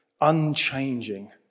unchanging